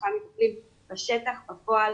בשטח בפועל